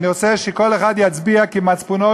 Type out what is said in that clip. אני רוצה שכל אחד יצביע כמצפונו,